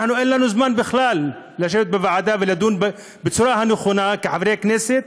אין לנו בכלל זמן לשבת בוועדה ולדון בו בצורה הנכונה כחברי כנסת,